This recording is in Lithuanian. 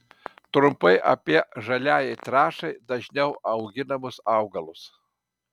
trumpai apie žaliajai trąšai dažniau auginamus augalus